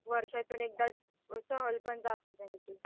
वर्षातून एकदा सहल पण जाते त्यांची